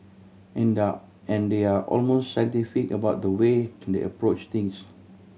and there're and they are almost scientific about the way they approach things